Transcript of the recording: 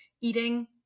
eating